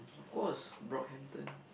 of course Brockhampton